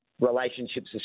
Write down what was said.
Relationships